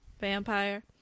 vampire